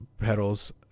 pedals